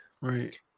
Right